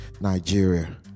Nigeria